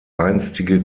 einstige